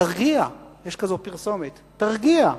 תרגיע, יש פרסומת כזאת, תרגיע,